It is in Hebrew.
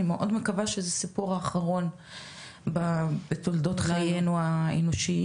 אני מאוד מקווה שזה הסיפור האחרון בתולדות חיינו האנושיים,